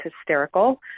hysterical